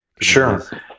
Sure